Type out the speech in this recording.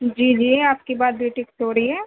جی جی آپ کی بات بوٹیک سے ہو رہی ہے